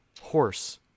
Horse